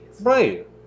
Right